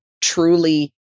truly